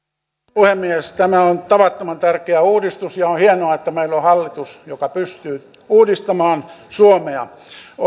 puhemies tämä on tavattoman tärkeä uudistus ja on hienoa että meillä on hallitus joka pystyy uudistamaan suomea